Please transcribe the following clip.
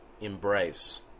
embrace